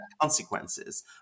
consequences